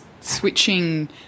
switching